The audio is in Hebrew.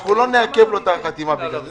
אנחנו לא נעכב את החתימה בגלל זה.